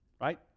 right